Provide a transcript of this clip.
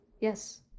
Yes